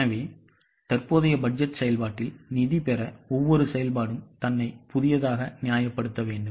எனவே தற்போதைய பட்ஜெட் செயல்பாட்டில் நிதி பெற ஒவ்வொரு செயல்பாடும் தன்னை புதியதாக நியாயப்படுத்த வேண்டும்